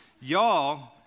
Y'all